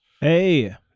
Hey